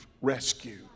rescue